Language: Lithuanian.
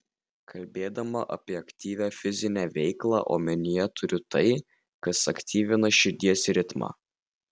kalbėdama apie aktyvią fizinę veiklą omenyje turiu tai kas aktyvina širdies ritmą